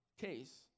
case